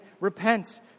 repent